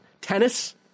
Tennis